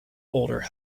older